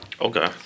Okay